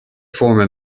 former